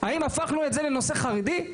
האם הפכנו את זה לנושא חרדי?